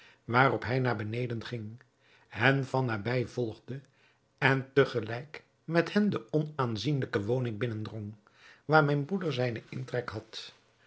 waarop hij naar beneden ging hen van nabij volgde en te gelijk met hen de onaanzienlijke woning binnendrong waar mijn broeder zijnen intrek had